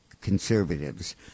conservatives